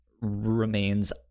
remains